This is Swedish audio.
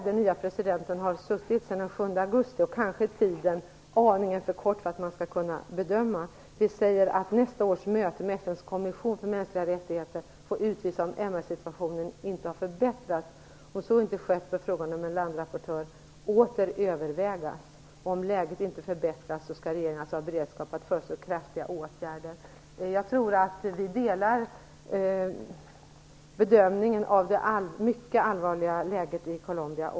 Den nya presidenten Samper har suttit på sin post sedan den 7 augusti, och tiden sedan dess är kanske aningen för kort för att man skall kunna göra en bedömning. Vi säger "att nästa års möte med FN:s kommission för mänskliga rättigheter får utvisa om MR-situationen inte har förbättrats. Om så inte skett bör frågan om en landrapportör för Colombia åter övervägas." Om läget inte förbättras, skall regeringen alltså ha beredskap att föreslå kraftiga åtgärder. Jag tror att vi delar bedömningen av det mycket allvarliga läget i Colombia.